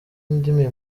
indimi